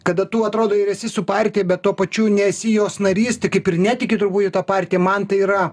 kada tu atrodo ir esi su partija bet tuo pačiu nesi jos narys tai kaip ir netiki turbūt į tą partiją man tai yra